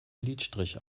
lidstrich